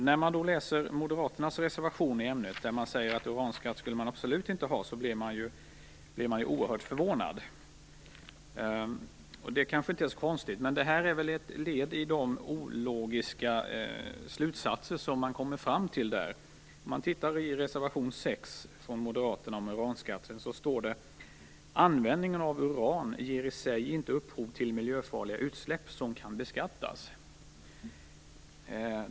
När man läser moderaternas reservation i ämnet, där det sägs att man absolut inte skall ha uranskatt, blir man oerhört förvånad. Men det kanske inte är så konstigt. Det här är väl bara en i raden av ologiska slutsatser som man på den kanten kommer fram till. I reservation 6 från moderaterna om uranskatten står det: Användningen av uran ger i sig inte upphov till miljöfarliga utsläpp som kan beskattas.